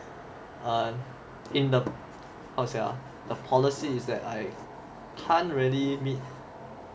err in the err how to say ah the policy is that I can't really meet